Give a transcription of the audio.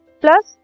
plus